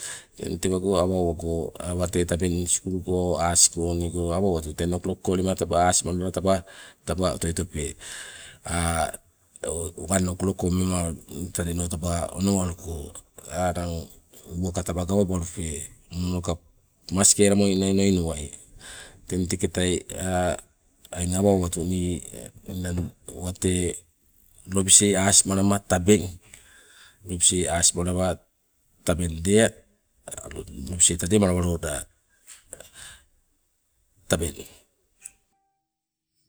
Teng tewa awa owago wate tabeng sukuluko aasiko inne awa owatu ten o klok go lema asima mono taba, taba otoitope wan o'klok go mema taneno onowaluko te aanang uwaka taba gawabalupe, monoka maskelamo nai onoi nowai. Teng teketai eng awa owatu nii ninang wate lobisai asimalama tabeng, lobisai asi malawa tabeng lea lobisei tademalawaloda. Tabeng.